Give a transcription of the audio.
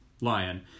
lion